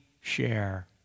share